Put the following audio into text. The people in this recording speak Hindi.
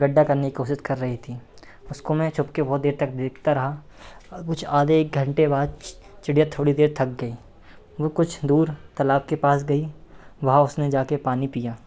गड्ढा करने की कोशिश कर रही थी उसको मैं छुपकर बहुत देर तक देखता रहा और कुछ आधे एक घन्टे बाद चिड़िया थोड़ी देर थक गई वह कुछ दूर तालाब के पास गई वहाँ उसने जाकर पानी पिया